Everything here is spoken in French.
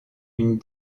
une